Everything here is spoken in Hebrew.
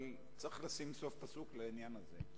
אבל צריך לשים סוף פסוק לעניין הזה.